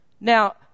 Now